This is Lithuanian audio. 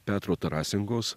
petro tarasenkos